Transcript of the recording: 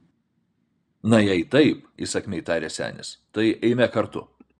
na jei taip įsakmiai tarė senis tai eime kartu